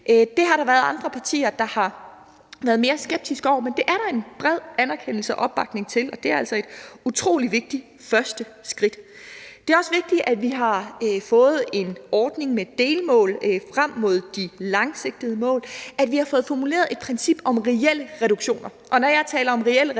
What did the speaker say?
Det har der været andre partier der har været mere skeptiske over for, men det er der en bred anerkendelse af og opbakning til, og det er altså et utrolig vigtigt første skridt. Det er også vigtigt, at vi har fået en ordning med delmål frem mod de langsigtede mål, at vi har fået formuleret et princip om reelle reduktioner.